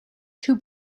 two